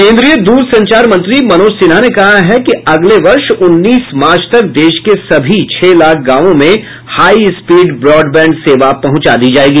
केंद्रीय दूर संचार मंत्री मनोज सिन्हा ने कहा है कि अगले वर्ष उन्नीस मार्च तक देश के सभी छह लाख गांवों में हाई स्पीड ब्रॉडबैंड सेवा पहुंचा दी जायेगी